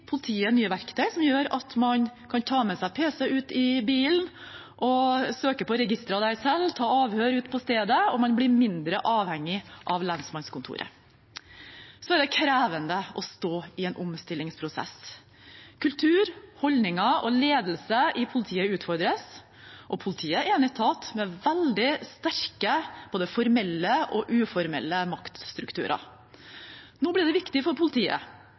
politiet nye verktøy som gjør at man kan ta med seg pc ut i bilen og søke på registre der selv, ta avhør ute på stedet, og man blir mindre avhengig av lensmannskontoret. Det er krevende å stå i en omstillingsprosess. Kultur, holdninger og ledelse i politiet utfordres, og politiet er en etat med veldig sterke både formelle og uformelle maktstrukturer. Nå blir det viktig for politiet